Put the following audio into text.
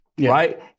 Right